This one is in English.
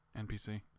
NPC